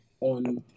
on